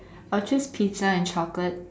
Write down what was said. I'll choose pizza and chocolate